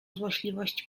złośliwość